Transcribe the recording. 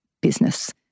business